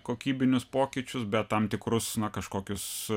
kokybinius pokyčius bet tam tikrus na kažkokius